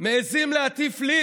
מעיזים להטיף לי